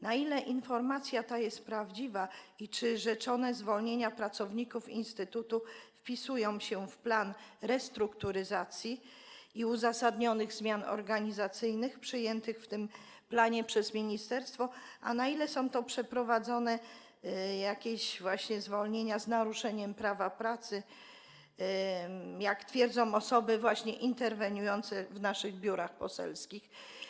Na ile informacja ta jest prawdziwa i czy rzeczone zwolnienia pracowników instytutu wpisują się w plan restrukturyzacji i uzasadnionych zmian organizacyjnych przyjętych w tym planie przez ministerstwo, a na ile są to zwolnienia przeprowadzone z naruszeniem prawa pracy, jak twierdzą osoby interweniujące w naszych biurach poselskich?